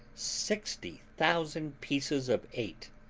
sixty thousand pieces of eight,